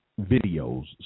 videos